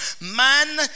man